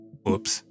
Whoops